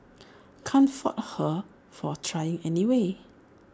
can't fault her for trying anyway